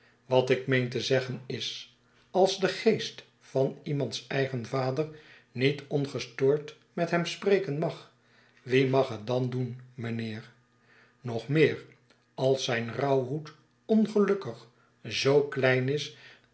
wat ik meen te zeggen is als de geest van iemands eigen vader niet ongestoord met hem spreken mag wie mag het dan doen mijnheer nog meer als zijn rouwhoed ongelukkig zoo klein is